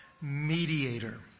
mediator